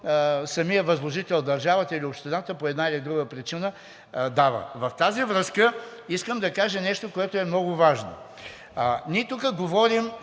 самият възложител, държавата, или общината по една или друга причина дава. В тази връзка искам да кажа нещо, което е много важно. Ние тук говорим,